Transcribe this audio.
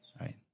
right